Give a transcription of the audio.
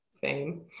fame